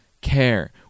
care